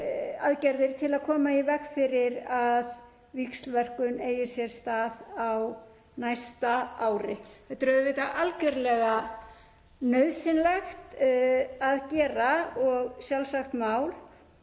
aðgerðir til að koma í veg fyrir að víxlverkun eigi sér stað á næsta ári. Þetta er auðvitað algjörlega nauðsynlegt að gera og sjálfsagt mál